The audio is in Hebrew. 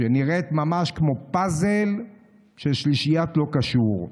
שנראית ממש כמו פאזל של שלישיית לא קשור.